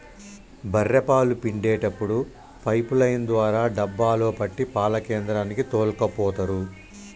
బఱ్ఱె పాలు పిండేప్పుడు పైపు లైన్ ద్వారా డబ్బాలో పట్టి పాల కేంద్రానికి తోల్కపోతరు